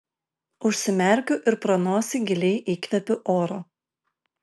užsimerkiu ir pro nosį giliai įkvėpiu oro